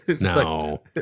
no